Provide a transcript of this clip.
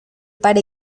para